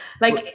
Like-